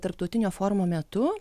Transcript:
tarptautinio forumo metu